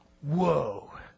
Whoa